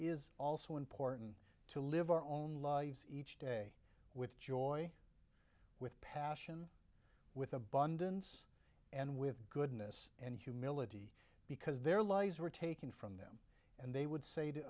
is also important to live our own lives each day with joy with passion with abundance and with goodness and humility because their lives were taken from them and they would say to